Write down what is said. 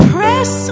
Press